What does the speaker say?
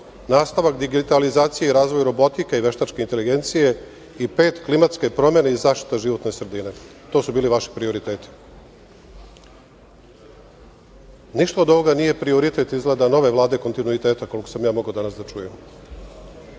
nastavak digitalizacije i razvoj robotike i veštačke inteligencije i pet - klimatske promene i zaštita životne sredine. To su bili vaši prioriteti. Ništa od ovoga nije prioritet izgleda nove Vlade kontinuiteta, koliko sam mogao danas da čujem. Kada